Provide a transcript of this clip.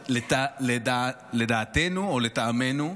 לדעתנו או לטעמנו,